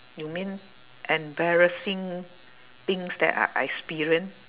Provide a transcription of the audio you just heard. you mean embarrassing things that I experience